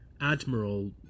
admiral